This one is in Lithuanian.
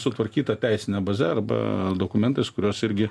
su tvarkyta teisine baze arba dokumentais kuriuos irgi